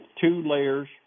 two-layers